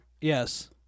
Yes